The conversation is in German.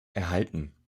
erhalten